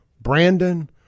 Brandon